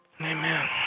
Amen